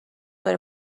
داره